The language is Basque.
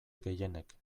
gehienek